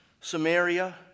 Samaria